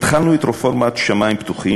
התחלנו את רפורמת "שמים פתוחים",